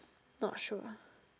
not sure